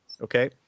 Okay